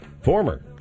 former